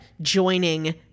joining